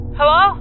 Hello